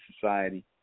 society